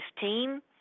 team